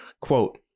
Quote